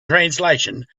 translation